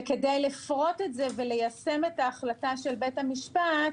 וכדי לפרוט את זה וליישם את ההחלטה של בית המשפט,